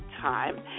time